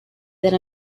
that